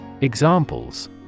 Examples